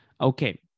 Okay